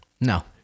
no